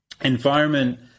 environment